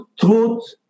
truth